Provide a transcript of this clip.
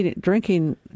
drinking